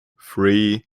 free